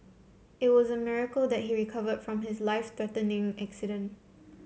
it was a miracle that he recovered from his life threatening accident